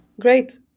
Great